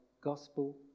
gospel